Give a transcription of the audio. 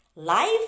Life